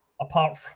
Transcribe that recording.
apart